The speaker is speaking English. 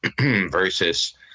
versus